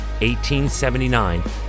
1879